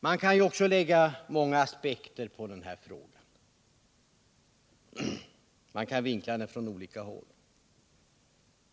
Den här frågan kan vinklas från olika håll, och man kan anlägga många olika aspekter på den.